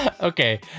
Okay